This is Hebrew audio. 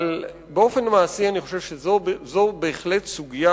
אבל באופן מעשי אני חושב שזו בהחלט סוגיה